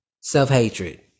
self-hatred